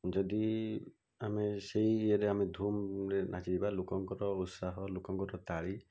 ଯଦି ଆମେ ସେଇ ଇଏରେ ଆମେ ଧୂମ୍ରେ ନାଚିଯିବା ଲୋକଙ୍କର ଉତ୍ସାହ ଲୋକଙ୍କର ତାଳି